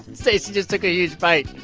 stacey just took a huge bite.